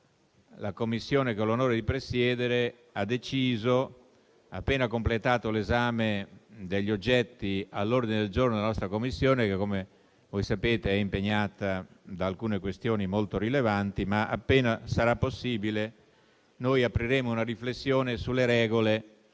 la Commissione che ho l'onore di presiedere ha deciso, appena completato l'esame degli oggetti all'ordine del giorno - la nostra Commissione, come sapete, è impegnata da alcune questioni molto rilevanti - di aprire una riflessione sulle regole